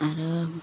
आरो